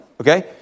okay